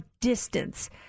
distance